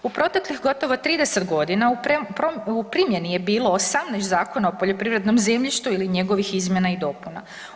U proteklih gotovo 30 g. u primjeni je bilo 18 zakona o poljoprivrednom zemljištu ili njegovih izmjena i dopuna.